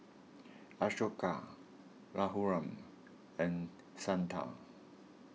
Ashoka Raghuram and Santha